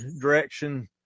direction